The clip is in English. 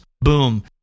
boom